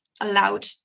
allowed